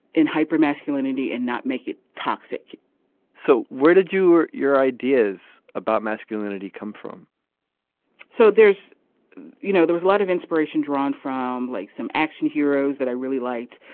in hyper masculinity and not make it toxic so where did you hear your ideas about masculinity come from so there's you know there was a lot of inspiration drawn from like some action heroes that i really liked.